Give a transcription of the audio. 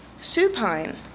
Supine